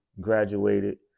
Graduated